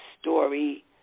story